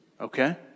okay